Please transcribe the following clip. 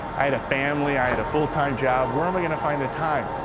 i had a family, i had a full-time job. where am i gonna find the time?